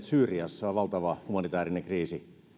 syyriassa on valtava humanitäärinen kriisi